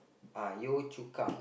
uh Yio-Chu-Kang